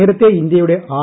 നേരത്തെ ഇന്ത്യയുടെ ആർ